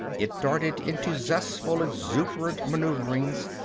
it darted into zestful, exuberant maneuverings,